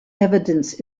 evidence